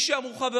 שבמקום ההקפאה